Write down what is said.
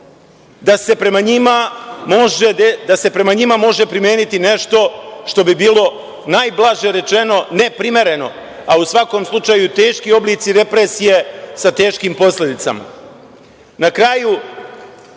da se prema njima može primeniti nešto što bi bilo najblaže rečeno neprimereno, ali u svakom slučaju teški oblici depresije, sa teškim posledicama. Na